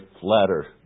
flatter